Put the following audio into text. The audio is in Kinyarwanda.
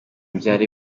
byari